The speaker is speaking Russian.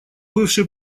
бывший